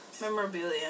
memorabilia